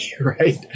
right